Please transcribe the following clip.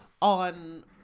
on